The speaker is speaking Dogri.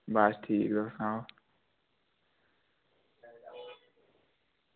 बस ठीक तुस सनाओ